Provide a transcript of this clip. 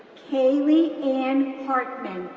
kaylee ann hartman,